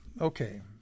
Okay